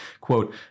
quote